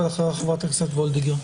ואחריה חברת הכנסת וולדיגר.